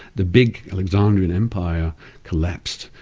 the big alexandrian empire collapsed,